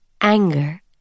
Anger